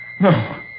no